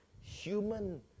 human